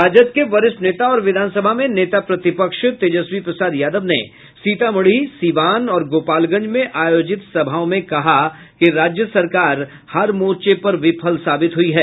राजद के वरिष्ठ नेता और विधान सभा में नेता प्रतिपक्ष तेजस्वी प्रसाद यादव ने सीतामढ़ी सीवान और गोपालगंज में आयोजित सभाओं में कहा कि राज्य सरकार हर मोर्चे पर विफल साबित हुयी है